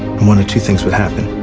two things would happen.